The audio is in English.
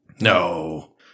No